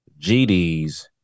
GDs